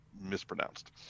mispronounced